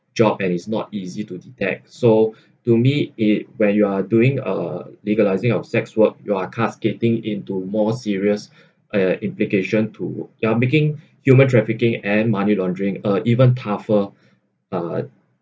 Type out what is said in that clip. job and it's not easy to detect so to me it when you are doing uh legalising of sex work you are cascading into more serious uh implication to you are making human trafficking and money laundering uh even tougher uh